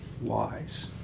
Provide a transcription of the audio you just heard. wise